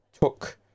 took